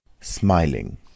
Smiling